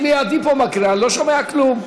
היא לידי מקריאה, ואני לא שומע כלום.